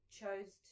chose